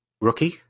rookie